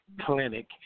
clinic